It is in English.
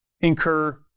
incur